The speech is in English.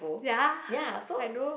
ya I know